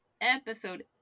Episode